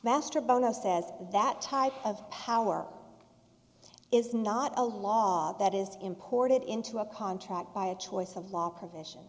master bono says that type of power is not a law that is imported into a contract by a choice of law provision